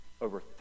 Over